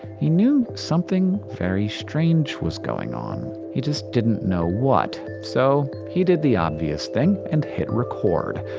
he knew something very strange was going on he just didn't know what. so, he did the obvious thing and hit record.